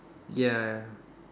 ya